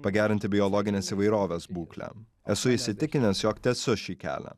pagerinti biologinės įvairovės būklę esu įsitikinęs jog tesu šį kelią